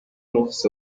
months